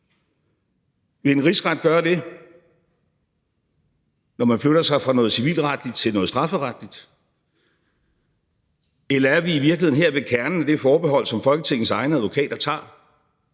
Vil en rigsret gøre det, når man flytter sig fra noget civilretligt til noget strafferetligt? Eller er vi i virkeligheden her ved kernen af det forbehold, som Folketingets egne advokater tager,